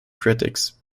critics